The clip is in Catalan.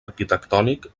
arquitectònic